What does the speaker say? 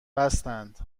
بستند